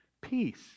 peace